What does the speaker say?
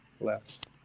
Left